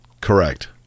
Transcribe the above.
Correct